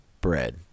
bread